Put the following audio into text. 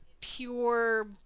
pure